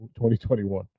2021